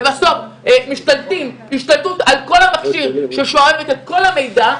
ובסוף משתלטים השתלטות על כל המכשיר ושואבים את כל המידע,